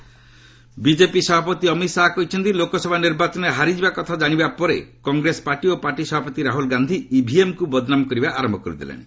Amit Shah Gujarat BJP ସଭାପତି ଅମିତ ଶାହା କହିଛନ୍ତି ଲୋକସଭା ନିର୍ବାଚନରେ ହାରିଯିବା କଥା କାଶିପାରିବା ପରେ କଂଗ୍ରେସ ପାର୍ଟି ଓ ପାର୍ଟି ସଭାପତି ରାହୁଳ ଗାନ୍ଧି ଇଭିଏମ୍କୁ ବଦନାମ କରିବା ଆରମ୍ଭ କରିଦେଲେଣି